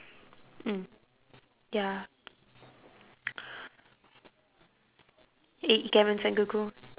mm ya play ikemen sengoku